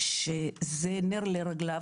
שזה נר לרגליו,